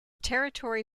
territory